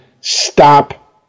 stop